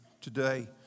today